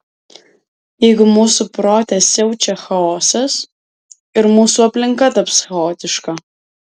jeigu mūsų prote siaučia chaosas ir mūsų aplinka taps chaotiška